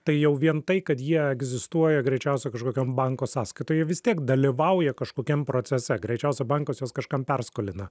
tai jau vien tai kad jie egzistuoja greičiausia kažkokiam banko sąskaitoje vis tiek dalyvauja kažkokiam procese greičiausia bankas juos kažkam perskolina